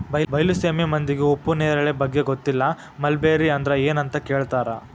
ಬೈಲಸೇಮಿ ಮಂದಿಗೆ ಉಪ್ಪು ನೇರಳೆ ಬಗ್ಗೆ ಗೊತ್ತಿಲ್ಲ ಮಲ್ಬೆರಿ ಅಂದ್ರ ಎನ್ ಅಂತ ಕೇಳತಾರ